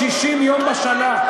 360 יום בשנה.